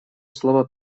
слово